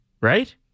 Right